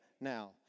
now